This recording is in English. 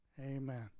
Amen